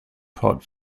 pot